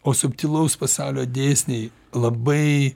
o subtilaus pasaulio dėsniai labai